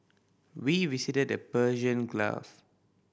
we visited the Persian Gulf